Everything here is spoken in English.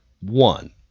one